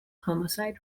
homicide